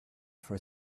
for